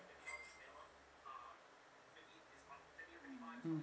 mm